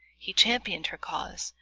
he championed her cause,